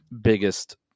biggest